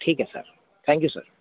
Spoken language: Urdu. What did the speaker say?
ٹھیک ہے سر تھینک یو سر